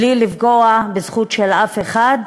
בלי לפגוע בזכות של אף אחד,